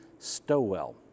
Stowell